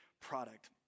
product